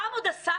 פעם עוד עסקת.